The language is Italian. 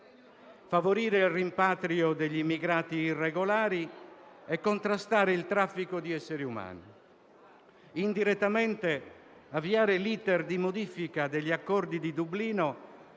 favorire il rimpatrio degli immigrati irregolari e contrastare il traffico di esseri umani. Indirettamente, avviare l'*iter* di modifica degli accordi contenuti